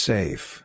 Safe